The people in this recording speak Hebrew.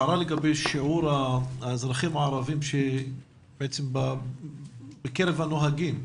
הערה לגבי שיעור האזרחים הערבים בקרב הנוהגים.